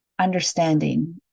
understanding